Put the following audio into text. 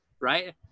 right